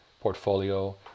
portfolio